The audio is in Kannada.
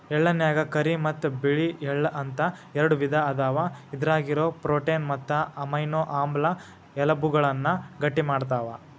ಎಳ್ಳನ್ಯಾಗ ಕರಿ ಮತ್ತ್ ಬಿಳಿ ಎಳ್ಳ ಅಂತ ಎರಡು ವಿಧ ಅದಾವ, ಇದ್ರಾಗಿರೋ ಪ್ರೋಟೇನ್ ಮತ್ತು ಅಮೈನೋ ಆಮ್ಲ ಎಲಬುಗಳನ್ನ ಗಟ್ಟಿಮಾಡ್ತಾವ